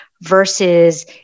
versus